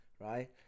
right